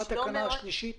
מה התקנה השלישית?